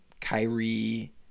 Kyrie